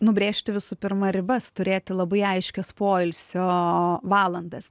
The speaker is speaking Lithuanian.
nubrėžti visų pirma ribas turėti labai aiškias poilsio valandas